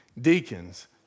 deacons